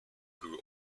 grew